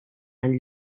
and